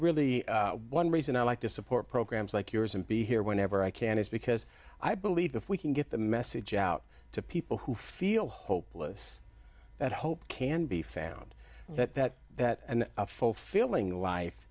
really one reason i like to support programs like yours and be here whenever i can is because i believe if we can get the message out to people who feel hopeless that hope can be found that that and a fulfilling life